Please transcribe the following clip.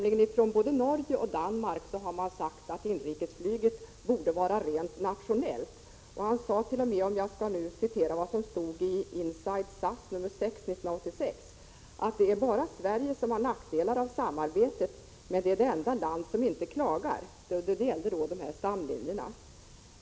I både Norge och Danmark har man tryckt på om att inrikesflyget borde vara rent nationellt. Han sade med anledning av stamlinjerna i Inside SAS, nr 6, 1986 att ”det är bara Sverige som har nackdelar av samarbetet men det är det enda land som inte klagar”.